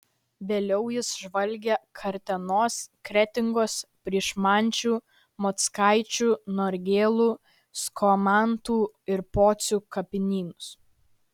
vėliau jis žvalgė kartenos kretingos pryšmančių mockaičių norgėlų skomantų ir pocių kapinynus